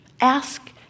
Ask